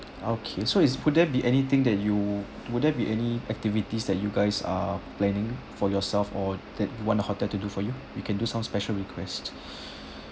okay so is could there be anything that you would there be any activities that you guys are planning for yourself or that want hotel to do for you you can do some special request